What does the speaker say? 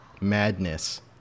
madness